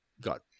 got